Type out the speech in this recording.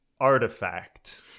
Artifact